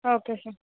okay sir